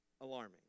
alarming